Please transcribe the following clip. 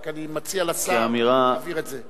ואני רק מציע לשר להבהיר את זה.